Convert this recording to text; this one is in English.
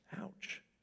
Ouch